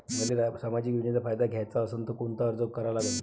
मले सामाजिक योजनेचा फायदा घ्याचा असन त कोनता अर्ज करा लागन?